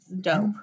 dope